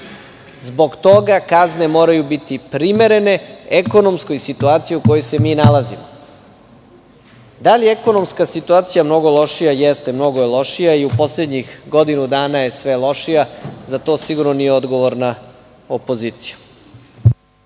Zbog toga kazne moraju biti primerene ekonomskoj situaciji u kojoj se mi nalazimo. Da li je ekonomska situacija mnogo lošija? Jeste, mnogo je lošija i u poslednjih godinu dana je sve lošija, ali za to sigurno nije odgovorna opozicija.